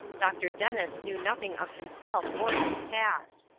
dr. dennis knew nothing of himself or his past.